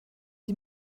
sie